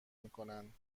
میکنند